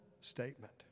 statement